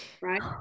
right